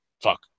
Fuck